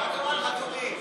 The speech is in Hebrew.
מה קרה לך, דודי?